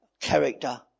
character